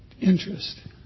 interest